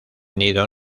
nido